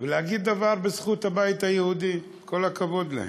ולהגיד דבר בזכות הבית היהודי: כל הכבוד להם,